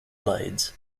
blades